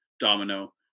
Domino